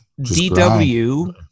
DW